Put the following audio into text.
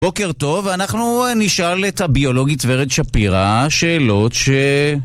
בוקר טוב, אנחנו נשאל את הביולוגית ורד שפירא שאלות ש...